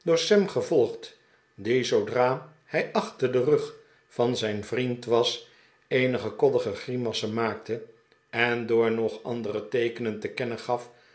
sam gevolgd die zoodra hij achter den rug van zijn vriend was eenige koddige grimassen maakte en door nog andere teekenen te kennen gaf